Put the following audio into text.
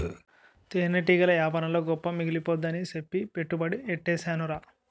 తేనెటీగల యేపారంలో గొప్ప మిగిలిపోద్దని సెప్పి పెట్టుబడి యెట్టీసేనురా